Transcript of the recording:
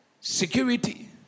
Security